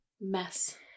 mess